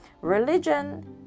Religion